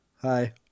Hi